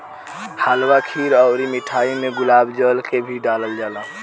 हलवा खीर अउर मिठाई में गुलाब जल के भी डलाल जाला